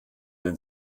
den